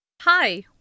Hi